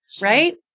right